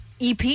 EP